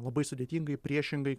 labai sudėtingai priešingai